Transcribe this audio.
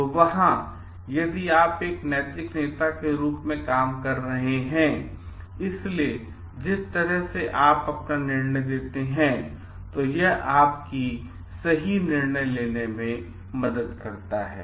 तो वहाँ यदि आप एक नैतिक नेता की तरह काम कर रहे हैं इसलिएजिस तरह से आप अपना निर्णय लेते हैं तो यह आपकी सही निर्णय लेने में मदद करता है